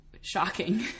Shocking